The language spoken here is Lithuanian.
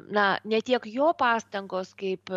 na ne tiek jo pastangos kaip